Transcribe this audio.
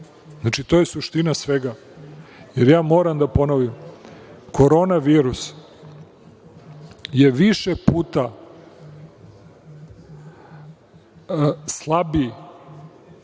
Znači, to je suština svega. Ja moram da ponovim, korona virus je više puta slabiji